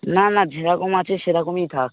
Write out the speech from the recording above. না না যেরকম আছে সেরকমই থাক